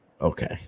Okay